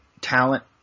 talent